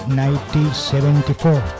1974